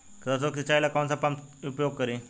सरसो के सिंचाई ला कौन सा पंप उपयोग करी?